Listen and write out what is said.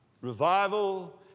revival